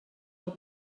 del